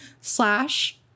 slash